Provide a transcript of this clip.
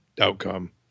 outcome